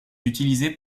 utilisée